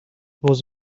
was